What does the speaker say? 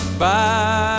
bye